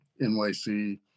NYC